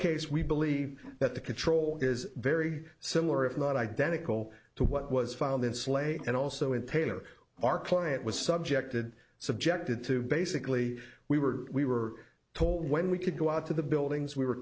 case we believe that the control is very similar if not identical to what was found in sleigh and also in taylor our client was subjected subjected to basically we were we were told when we could go out to the buildings we were